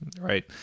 Right